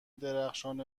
درخشان